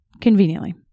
conveniently